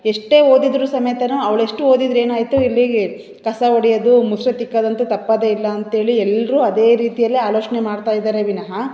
ಎಷ್ಟೇ ಓದಿದರು ಸಮೇತ ಅವಳೆಷ್ಟು ಓದಿದರೆನಾಯ್ತು ಇಲ್ಲಿ ಕಸ ಹೊಡೆಯದು ಮುಸುರೆ ತಿಕ್ಕದಂತು ತಪ್ಪೋದೇ ಇಲ್ಲ ಅಂತೇಳಿ ಎಲ್ಲರೂ ಅದೇ ರೀತಿಯಲ್ಲಿ ಆಲೋಚನೆ ಮಾಡ್ತಾಯಿದಾರೆ ವಿನಹ